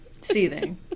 Seething